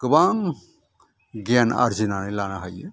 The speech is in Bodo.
गोबां गियान आरजिनानै लानो हायो